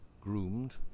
groomed